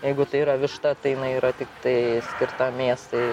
jeigu tai yra višta tai jinai yra tik tai skirta mėsai